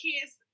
kids